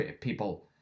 people